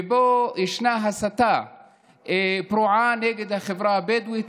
ובו ישנה הסתה פרועה נגד החברה הבדואית,